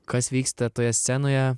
kas vyksta toje scenoje